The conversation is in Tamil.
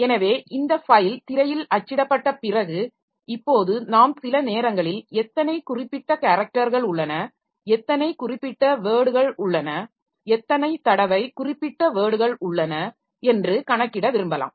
எனவே இந்த ஃபைல் திரையில் அச்சிடப்பட்ட பிறகு இப்போது நாம் சில நேரங்களில் எத்தனை குறிப்பிட்ட கேரக்டர்கள் உள்ளன எத்தனை குறிப்பிட்ட வேர்ட்கள் உள்ளனஎத்தனை தடவை குறிப்பிட்ட வேர்ட்கள் உள்ளன என்று கணக்கிட விரும்பலாம்